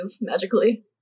magically